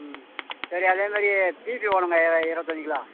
ம் சரி அதேமாதிரி பீஃப்பு வேணும்ங்க இ இருபத்தஞ்சி கிலோ